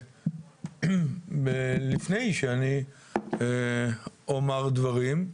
אני לפני שאני אומר דברים,